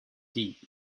deep